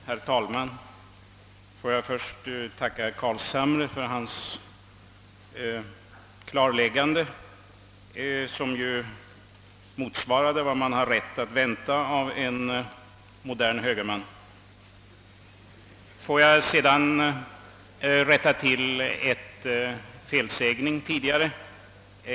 Herr talman! Låt mig först tacka herr Carlshamre för hans klarläggande, som ju motsvarade vad man har rätt att vänta av en modern högerman. Låt mig sedan rätta till en tidigare felsägning.